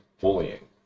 bullying